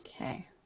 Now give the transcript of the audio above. Okay